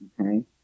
Okay